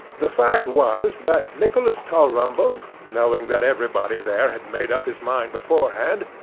the fact was that nicholas tulrumble, knowing that everybody there had made up his mind beforehand,